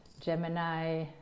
Gemini